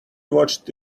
watched